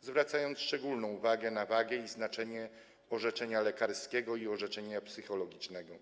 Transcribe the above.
zwracając szczególną uwagę na wagę i znaczenie orzeczenia lekarskiego i orzeczenia psychologicznego.